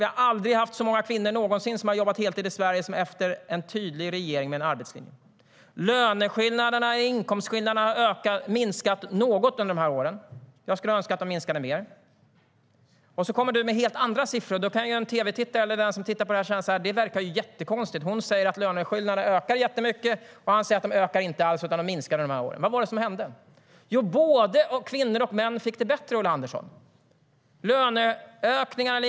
Vi har aldrig haft så många kvinnor någonsin som har jobbat heltid i Sverige som efter en regering med en tydlig arbetslinje. Löneskillnaderna och inkomstskillnaderna har minskat något under de här åren. Jag skulle önska att de hade minskat mer, och nu kommer du med helt andra siffror. Då kan ju en tv-tittare eller någon annan som följer debatten tänka: Det verkar ju jättekonstigt. Hon säger att löneskillnaderna har ökat jättemycket, och han säger att de inte ökat alls utan har minskat under de här åren. Vad var det som hände? Jo, både kvinnor och män fick det bättre, Ulla Andersson.